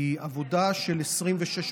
כי עבודה של 26 שעות,